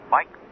Mike